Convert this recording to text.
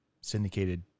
syndicated